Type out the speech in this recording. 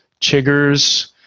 chiggers